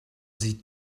sie